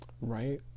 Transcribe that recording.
Right